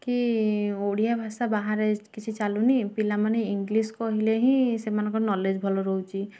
କି ଓଡ଼ିଆ ଭାଷା ବାହାରେ କିଛି ଚାଲୁନି ପିଲା ମାନେ ଇଂଲିଶ କହିଲେ ହିଁ ସେମାନଙ୍କର ନଲେଜ୍ ଭଲ ରହୁଛି